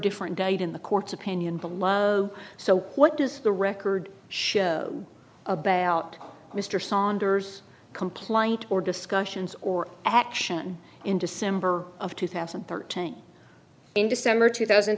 different date in the court's opinion below so what does the record show about mr saunders complaint or discussions or action in december of two thousand and thirteen in december two thousand